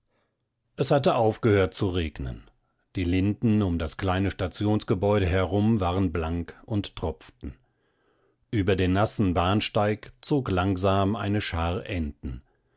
es hatte aufgehört zu regnen die linden um das kleine stationsgebäude herum waren blank und tropften über den nassen bahnsteig zog langsam eine schar enten